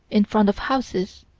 in front of houses.